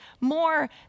more